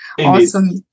Awesome